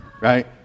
right